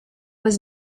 was